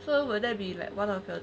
so will there be like one of them